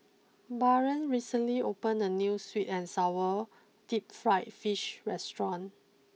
Barron recently opened a new sweet and Sour deep Fried Fish restaurant